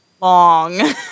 long